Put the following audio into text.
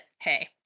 Hey